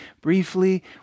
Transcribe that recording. Briefly